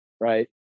right